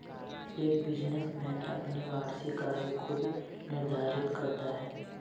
एक बिजनेसमैन अपनी वार्षिक आय खुद निर्धारित करता है